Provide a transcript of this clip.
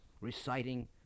reciting